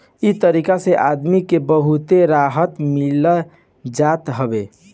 इ तरीका से आदमी के बहुते राहत मिल जात हवे